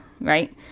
right